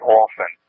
often